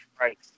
Right